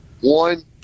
one